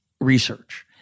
research